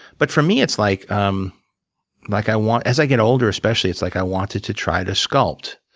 but for me, it's like um like i want as i get older especially, it's like i wanted to try to sculpt.